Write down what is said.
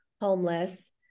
homeless